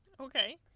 Okay